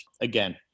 Again